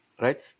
right